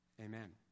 Amen